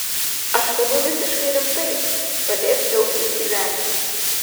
aš kalbu visiškai rimtai pradėk džiaugtis gyvenimu